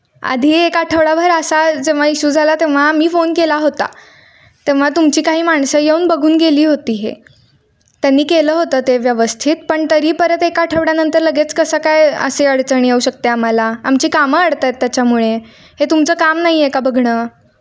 आधी एक आठवडाभर असा जेव्हा इश्यू झाला तेव्हा आम्ही फोन केला होता तेव्हा तुमची काही माणसं येऊन बघून गेली होती हे त्यांनी केलं होतं ते व्यवस्थित पण तरी परत एका आठवड्यानंतर लगेच कसं काय असे अडचणी येऊ शकते आम्हाला आमची कामं अडत आहेत त्याच्यामुळे हे तुमचं काम नाही आहे का बघणं